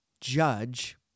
judge